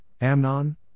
Amnon